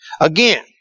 Again